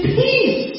peace